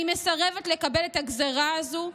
אני מסרבת לקבל את הגזרה הזו,